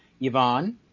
Yvonne